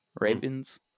Ravens